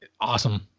awesome